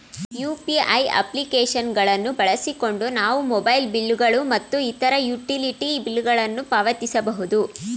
UPI application ಗಳನ್ನು ಬಳಸಿಕೊಂಡು ನಾವು ಮೊಬೈಲ್ ಬಿಲ್ ಗಳು ಮತ್ತು ಇತರ ಯುಟಿಲಿಟಿ ಬಿಲ್ ಗಳನ್ನು ಪಾವತಿಸಬಹುದು